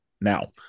Now